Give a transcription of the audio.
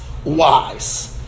Wise